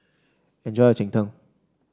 enjoy your Cheng Tng